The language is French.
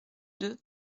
deux